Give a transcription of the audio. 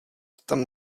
tam